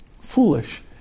foolish